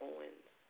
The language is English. Owens